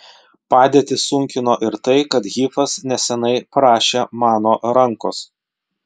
padėtį sunkino ir tai kad hifas neseniai prašė mano rankos